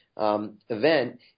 event